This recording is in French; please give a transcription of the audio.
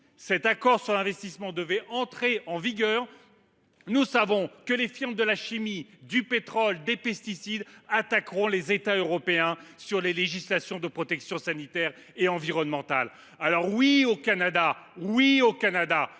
cet accord sur l’investissement devait entrer en vigueur, les firmes de la chimie, du pétrole, des pesticides attaqueront les États européens sur leur législation de protection sanitaire et environnementale. Oui au Canada, mais non au